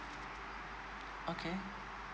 okay